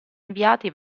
inviati